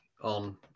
on